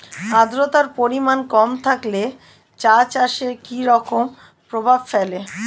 আদ্রতার পরিমাণ কম থাকলে চা চাষে কি রকম প্রভাব ফেলে?